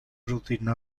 routine